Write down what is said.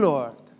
Lord